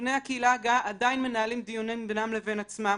אירגוני הקהילה הגאה עדיין מנהלים דיונים בינם לבין עצמם.